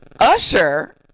Usher